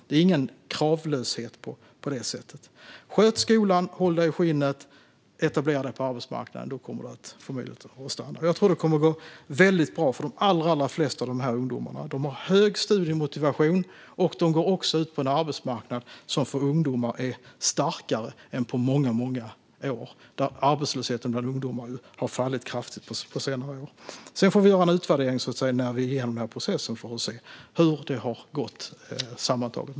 Det är alltså ingen kravlöshet: Sköt skolan, håll dig i skinnet och etablera dig på arbetsmarknaden, så kommer du att få möjlighet att stanna! Jag tror att det kommer att gå väldigt bra för de flesta av dessa ungdomar. De har hög studiemotivation, och de går också ut på en arbetsmarknad som för ungdomar är starkare än på många år. Arbetslösheten bland ungdomar har ju fallit kraftigt på senare år. När vi är igenom processen får vi göra en utvärdering, så får vi se hur det har gått sammantaget.